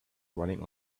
running